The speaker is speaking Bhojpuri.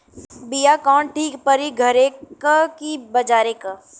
बिया कवन ठीक परी घरे क की बजारे क?